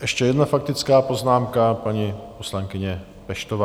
Ještě jedna faktická poznámka paní poslankyně Peštové.